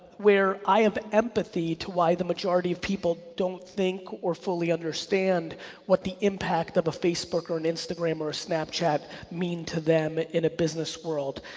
where i have empathy to why the majority of people don't think or fully understand what the impact of a facebook or an instagram or a snapchat mean to them in a business world.